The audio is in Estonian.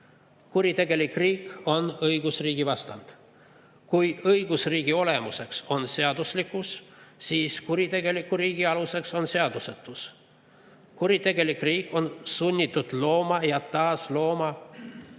lõpp. Kuritegelik riik on õigusriigi vastand. Kui õigusriigi olemuseks on seaduslikkus, siis kuritegeliku riigi aluseks on seadusetus. Kuritegelik riik on sunnitud looma ja taaslooma